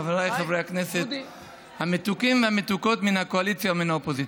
חבריי חברי הכנסת המתוקים והמתוקות מן הקואליציה ומן האופוזיציה,